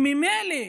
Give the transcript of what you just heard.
שממילא